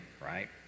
right